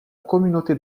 communauté